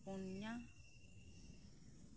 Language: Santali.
ᱟᱨ ᱯᱳᱱᱭᱟ